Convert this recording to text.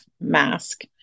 mask